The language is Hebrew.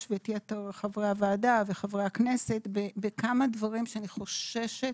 ואת יתר חברי הוועדה וחברי הכנסת בכמה דברים שאני חוששת